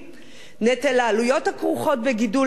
נטל העלויות הכרוכות בגידול הילדים,